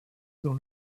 dans